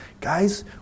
guys